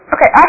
Okay